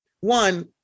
one